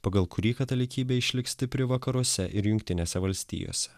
pagal kurį katalikybė išliks stipri vakaruose ir jungtinėse valstijose